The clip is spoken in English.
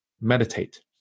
meditate